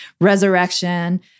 resurrection